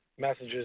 messages